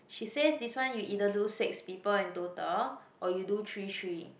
she says this one you either do six people in total or you do three three